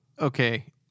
Okay